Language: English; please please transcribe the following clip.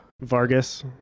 vargas